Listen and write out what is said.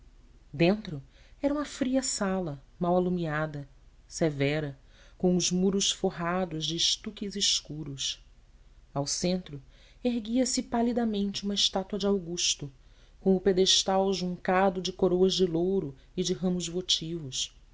dentro era uma fria sala mal alumiada severa com os muros forrados de estuques escuros ao centro erguia-se palidamente uma estátua de augusto com o pedestal juncado de coroas de louro e de ramos votivos